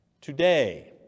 today